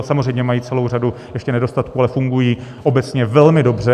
Samozřejmě mají celou řadu ještě nedostatků, ale fungují obecně velmi dobře.